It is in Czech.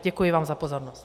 Děkuji vám za pozornost.